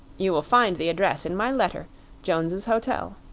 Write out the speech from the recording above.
you will find the address in my letter jones's hotel.